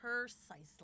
precisely